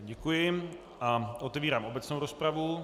Děkuji a otevírám obecnou rozpravu.